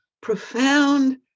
profound